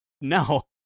no